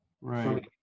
Right